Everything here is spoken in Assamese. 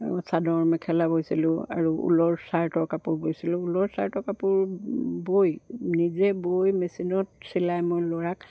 আৰু চাদৰ মেখেলা বৈছিলোঁ আৰু ঊলৰ ছাৰ্টৰ কাপোৰ বৈছিলোঁ ঊলৰ ছাৰ্টৰ কাপোৰ বৈ নিজে বৈ মেচিনত চিলাই মই ল'ৰাক